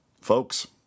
folks